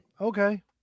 okay